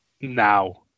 now